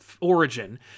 origin